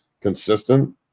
consistent